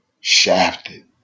shafted